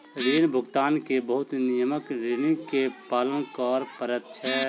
ऋण भुगतान के बहुत नियमक ऋणी के पालन कर पड़ैत छै